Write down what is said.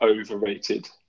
overrated